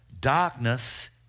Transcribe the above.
darkness